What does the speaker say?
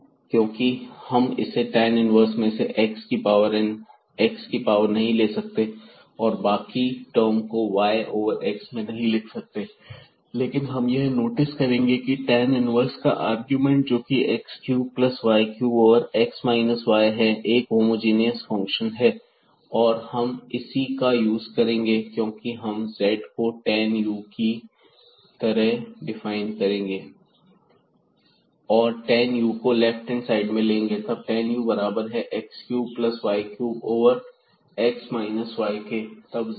क्योंकि हम इस tan इनवर्स में से x की पावर नहीं ले सकते और बाकी टर्म को y ओवर x में नहीं लिख सकते लेकिन हम यह नोटिस करेंगे कि इस tan इनवर्स का आर्गुमेंट जोकि x cube plus y cube over x minus y है वह एक होमोजीनियस फंक्शन है और हम इसी का यूज़ करेंगे क्योंकि हम z को tan u की तरह डिफाइन करेंगे और tan u को लेफ्ट हैंड साइड में ले लेंगे और तब tan u बराबर है x cube plus y cube over x minus y के